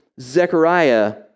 Zechariah